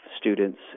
students